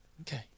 Okay